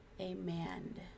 amen